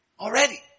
already